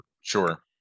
Sure